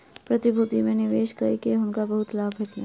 प्रतिभूति में निवेश कय के हुनका बहुत लाभ भेलैन